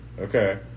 Okay